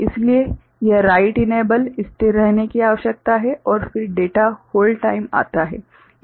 इसलिए यह write enable स्थिर रहने की जरूरत है और फिर डेटा होल्ड टाइम आता है